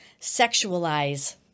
sexualize